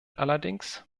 allerdings